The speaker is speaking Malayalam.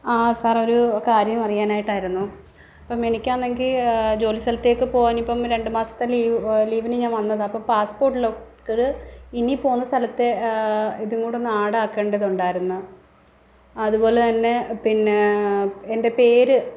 ആ സാർ ഒരു കാര്യം അറിയാനായിട്ടായിരുന്നു അപ്പം എനിക്കാണെങ്കിൽ ജോലി സ്ഥലത്തേക്ക് പോവാനിപ്പം രണ്ട് മാസത്തെ ലീവ് ലീവിന് ഞാൻ വന്നതാ അപ്പം പാസ്പോർട്ട് ലോക്കറ് ഇനി പോവുന്ന സ്ഥലത്തെ ഇതുംകൂടെ ഒന്ന് ആാഡാക്കേണ്ടതുണ്ടായിരുന്നു അതുപോലെത്തന്നെ പിന്നെ എൻ്റെ പേര്